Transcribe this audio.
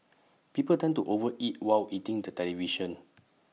people tend to over eat while eating the television